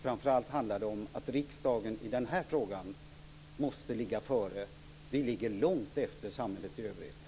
Framför allt handlar det om att riksdagen i den här frågan måste ligga före. Vi ligger långt efter samhället i övrigt.